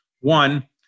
one